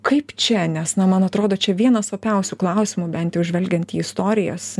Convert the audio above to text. kaip čia nes na man atrodo čia vienas opiausių klausimų bent jau žvelgiant į istorijas